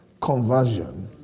conversion